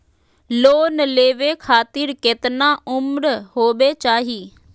Loan लेवे खातिर केतना उम्र होवे चाही?